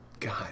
God